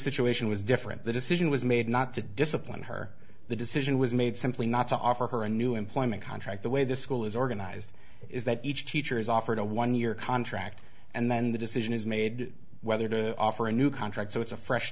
situation was different the decision was made not to discipline her the decision was made simply not to offer her a new employment contract the way the school is organized is that each teacher is offered a one year contract and then the decision is made whether to offer a new contract so it's a fresh